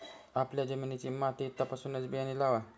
आपल्या जमिनीची माती तपासूनच बियाणे लावा